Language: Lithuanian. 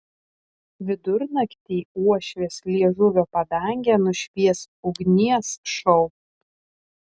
vidurnaktį uošvės liežuvio padangę nušvies ugnies šou